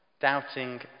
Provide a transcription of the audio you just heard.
Doubting